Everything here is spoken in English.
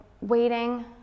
waiting